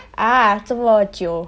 啊这么久